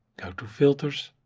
go to filters,